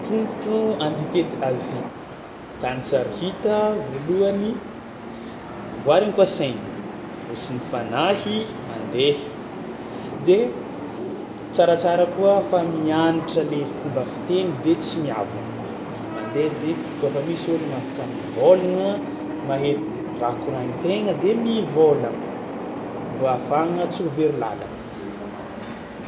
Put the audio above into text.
Tongotro andeha hitety Azia, tany tsary hita: voalohany, amboarina koa saigny, fo sy ny fanahy mandeha de tsaratsara koa fa mianatra le fomba fiteny de tsy miavogno, ma deha de kaofa misy ôlogno afaka mivôlagna mahay raha koragnin-tegna de mivôlagna mbô ahafahagna tsy ho very làlana.